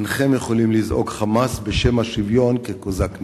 אינכם יכולים לזעוק חמס בשם השוויון כקוזק נגזל.